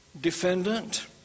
defendant